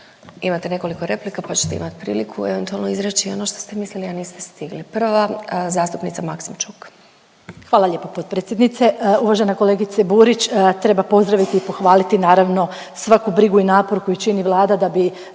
Imate nekoliko replika, pa ćete imat priliku eventualno izreći ono što ste mislili a niste stigli. Prva zastupnica Maksimčuk. **Maksimčuk, Ljubica (HDZ)** Hvala lijepo potpredsjednice. Uvažena kolegice Burić treba pozdraviti i pohvaliti naravno svaku brigu i napor koji čini Vlada da bi